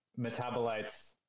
metabolites